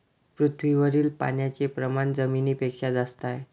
पृथ्वीवरील पाण्याचे प्रमाण जमिनीपेक्षा जास्त आहे